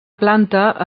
planta